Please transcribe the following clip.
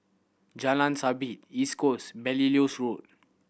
Jalan Sabit East Coast Belilios Road